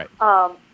right